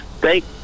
Thank